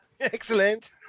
Excellent